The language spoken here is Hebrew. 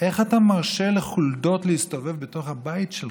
איך אתה מרשה לחולדות להסתובב בתוך הבית שלך?